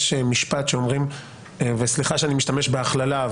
יש משפט שאומרים וסליחה שאני משתמש בהכללה,